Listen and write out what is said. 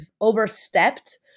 overstepped